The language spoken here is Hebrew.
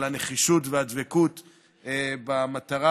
על הנחישות והדבקות במטרה,